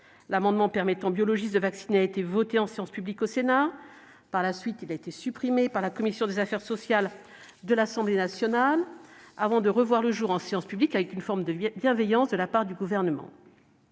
L'amendement visant à permettre aux biologistes de vacciner a été voté en séance publique au Sénat. Par la suite, il a été supprimé par la commission des affaires sociales de l'Assemblée nationale, avant de revoir le jour en séance publique avec une forme de bienveillance de la part du Gouvernement.